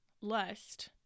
lust